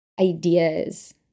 ideas